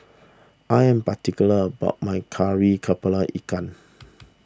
I am particular about my Kari Kepala Ikan